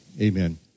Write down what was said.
Amen